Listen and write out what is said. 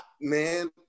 man